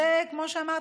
כמו שאמרתי,